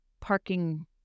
parking